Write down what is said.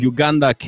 Uganda